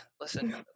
Listen